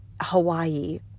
Hawaii